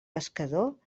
pescador